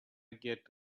get